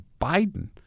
Biden